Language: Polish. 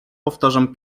powtarzam